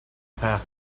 pas